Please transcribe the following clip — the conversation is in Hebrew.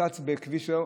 נת"צ בכביש ההוא,